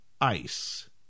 ice